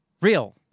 real